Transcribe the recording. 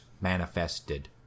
manifested